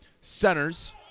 centers